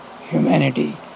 humanity